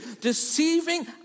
deceiving